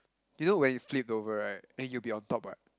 you know when you flip over right then you'll be on top [what]